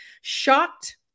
shocked